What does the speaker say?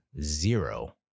zero